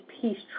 peace